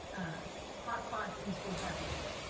ah hotspots in school parking lot.